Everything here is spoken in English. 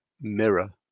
mirror